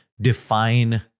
define